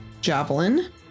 javelin